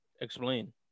explain